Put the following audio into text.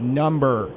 number